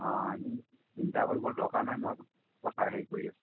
অঁ এই চিন্তা কৰিবলৈ দৰকাৰ নাই মই কথা হেৰি কৰি আছোঁ